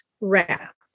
wrap